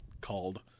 called